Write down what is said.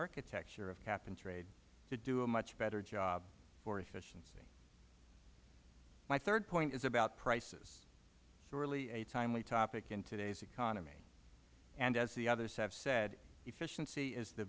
architecture of cap and trade to do a much better job for efficiency my third point is about prices sure a timely topic in today's economy and as the others have said efficiency is the